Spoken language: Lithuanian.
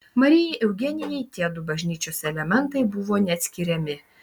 marijai eugenijai tiedu bažnyčios elementai buvo neatskiriami